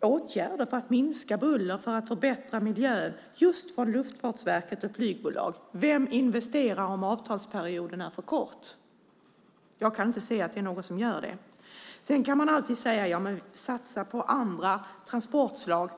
åtgärder för att minska buller för att förbättra miljön just från Luftfartsverket och flygbolag. Vem investerar om avtalsperioden är för kort? Jag kan inte se att det är någon som gör det. Man kan alltid säga att man ska satsa på andra transportslag.